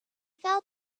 fell